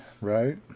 right